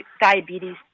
diabetes